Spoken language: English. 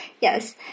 Yes